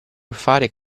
fare